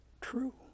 true